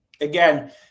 again